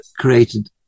created